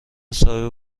صاحب